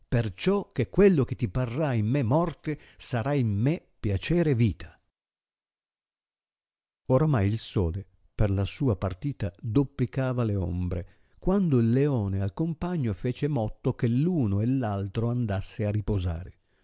punto perciò che quello che ti parrà in me morte sarà in me piacere e vita oramai il sole per la sua partita dopplicava le ombre quando il leone al compagno fecemotto che l'uno e l'altro andasse a riposai'e